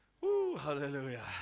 hallelujah